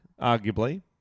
Arguably